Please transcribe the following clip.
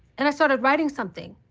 and i started writing something.